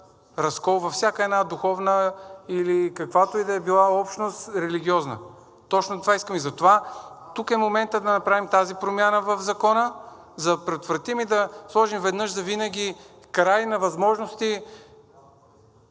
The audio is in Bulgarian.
разкол във всяка една духовна или каквато и да е била религиозна общност. Точно това искам и затова тук е моментът да направим тази промяна в Закона, за да предотвратим и да сложим веднъж завинаги край на възможности